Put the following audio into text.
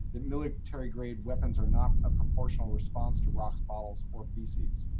the military grade weapons are not a partial response to rocks, bottles, or feces.